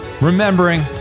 remembering